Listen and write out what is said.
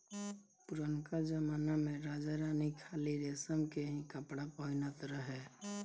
पुरनका जमना में राजा रानी खाली रेशम के ही कपड़ा पहिनत रहे